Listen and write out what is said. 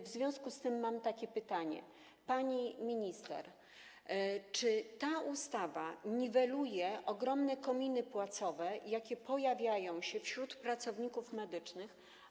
W związku z tym mam takie pytanie: Pani minister, czy ta ustawa niweluje ogromne kominy płacowe, jakie pojawiają się wśród pracowników medycznych?